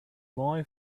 boy